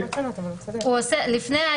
אם כן, הוא עושה פעמיים.